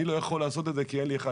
אני לא יכול לעשות את זה כי אין 1,